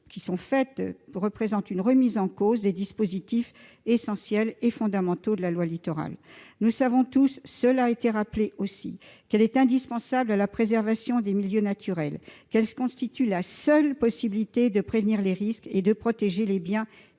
avancées constituent une remise en cause des dispositifs fondamentaux de la loi Littoral. Or nous savons- cela a été rappelé -que cette loi est indispensable à la préservation des milieux naturels, qu'elle constitue la seule possibilité de prévenir les risques et de protéger les biens